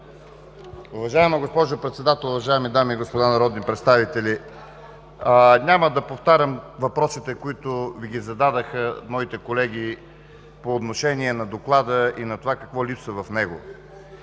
Уважаема госпожо Председател, уважаеми дами и господа народни представители! Няма да повтарям въпросите, които Ви ги зададоха моите колеги по отношение на доклада и на това какво липсва в него.